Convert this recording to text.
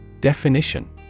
Definition